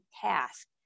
task